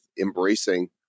embracing